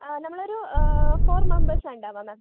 നമ്മളൊരു four members ആണ് ഉണ്ടാവുക മാം